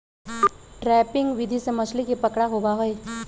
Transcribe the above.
trapping विधि से मछली के पकड़ा होबा हई